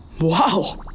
Wow